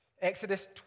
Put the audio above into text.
Exodus